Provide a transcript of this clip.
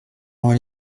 moi